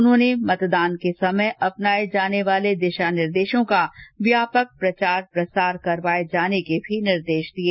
उन्होंने मतदान के समय अपनाए जाने वाले दिशा निर्देशों का व्यापक प्रचार प्रसार करवाए जाने के भी निर्देश दिये